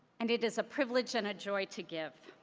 and it is a privilege and a joy to give.